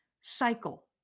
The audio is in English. cycle